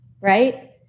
Right